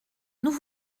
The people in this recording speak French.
nous